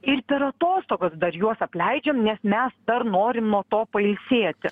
ir per atostogas dar juos apleidžiam nes mes dar norim nuo to pailsėti